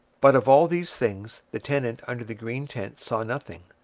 but of all these things the tenant under the green tent saw nothing,